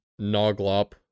Noglop